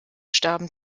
starben